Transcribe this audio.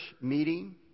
meeting